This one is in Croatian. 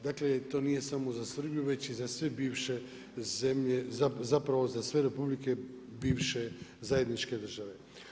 Dakle, to nije samo za Srbiju, već i za sve bivše zemlje, zapravo, za sve republike bivše zajedničke države.